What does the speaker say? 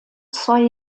zwei